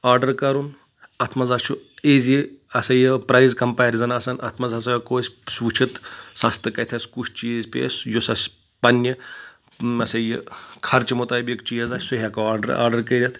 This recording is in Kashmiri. آرڈَر کَرُن اتھ منٛز ہسا چھُ ایزی ہسا یہِ پرایز کَمپیرزن آسان اتھ منٛز ہسا ہؠکو أسۍ وُچھِتھ سَستہٕ کَتھ کُس چیٖزپیٚیہِ یُس اَسہِ پنٕنہِ ہسا یہِ خرچہِ مُطٲبق چیٖز آسہِ سُہ ہؠکو آرڈر آرڈر کٔرِتھ